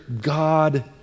God